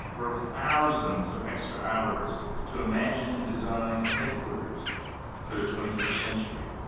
worked thousands of extra hours to imagine and design a headquarters for the twenty first century.